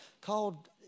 Called